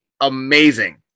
amazing